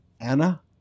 Anna